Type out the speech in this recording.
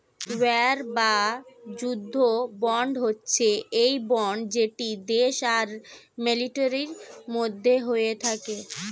war বা যুদ্ধ bond হচ্ছে সেই বন্ড যেটা দেশ আর মিলিটারির মধ্যে হয়ে থাকে